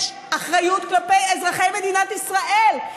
יש אחריות כלפי אזרחי מדינת ישראל.